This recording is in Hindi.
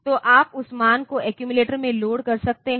तो आप उस मान को एक्यूमिलेटर में लोड कर सकते हैं